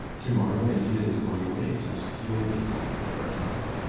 tomorrow ellida is going away to skjoldviken for a time.